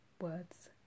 words